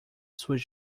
suas